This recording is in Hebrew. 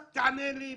רק תענה לי מספרית,